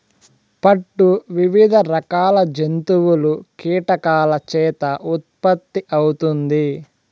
పట్టు వివిధ రకాల జంతువులు, కీటకాల చేత ఉత్పత్తి అవుతుంది